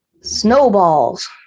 snowballs